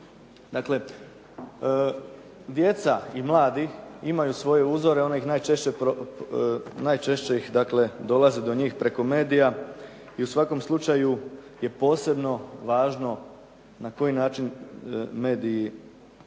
Dakle, djeca i mladi imaju svoje uzore, najčešće dakle, dolaze do njih preko medija i u svakom slučaju je posebno važno na koji način mediji pristupaju